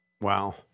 Wow